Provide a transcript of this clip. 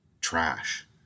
trash